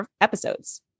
episodes